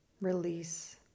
Release